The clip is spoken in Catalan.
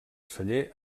celler